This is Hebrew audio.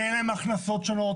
כי אין להן הכנסות שונות,